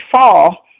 fall